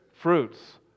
Fruits